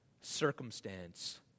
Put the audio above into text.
circumstance